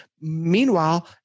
Meanwhile